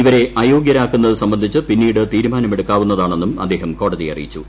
ഇവരെ അയോഗ്യരാക്കുന്നത് സംബ ന്ധിച്ച് പിന്നീട് തീരുമാനമെടുക്കാവുന്നതാണെന്നും അദ്ദേഹം കോട തിയെ അറിയിച്ചു